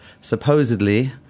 supposedly